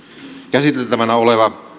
käsiteltävänä oleva